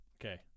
okay